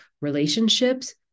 relationships